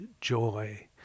joy